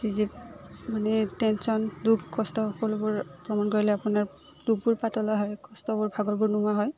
যি যি মানে টেনচন দুখ কষ্ট সকলোবোৰ ভ্ৰমণ কৰিলে আপোনাৰ দুখবোৰ পাতলা হয় কষ্টবোৰ ভাগৰবোৰ নোৱা হয়